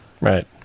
Right